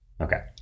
Okay